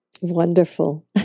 Wonderful